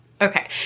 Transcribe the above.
Okay